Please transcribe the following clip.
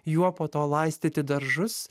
juo po to laistyti daržus